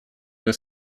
для